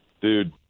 Dude